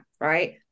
right